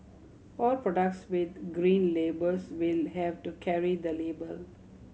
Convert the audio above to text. all products with Green Labels will have to carry the label